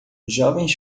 jovens